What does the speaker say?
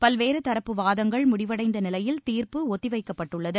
பல்வேறு தரப்பு வாதங்கள் முடிவடைந்த நிலையில் தீர்ப்பு ஒத்தி வைக்கப்பட்டுள்ளது